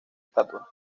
estatua